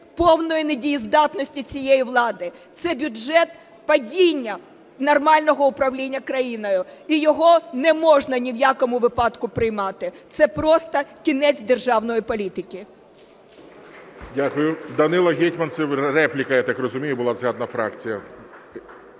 повної недієздатності цієї влади, це бюджет падіння нормального управління країною, і його не можна ні в якому випадку приймати. Це просто кінець державної політики. ГОЛОВУЮЧИЙ. Дякую. Данило Гетманцев - репліка. Я так розумію, була згадана фракція.